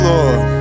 Lord